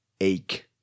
ache